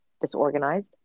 disorganized